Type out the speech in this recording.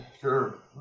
sure